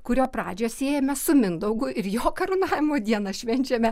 kurio pradžią siejame su mindaugu ir jo karūnavimo dieną švenčiame